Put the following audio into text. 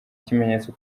kimenyetso